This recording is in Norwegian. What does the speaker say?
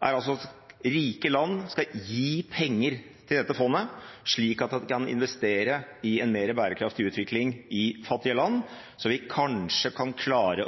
er altså at rike land skal gi penger til dette fondet, slik at en kan investere i en mer bærekraftig utvikling i fattige land, og slik at vi kanskje kan klare